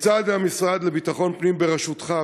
כיצד המשרד לביטחון פנים בראשותך,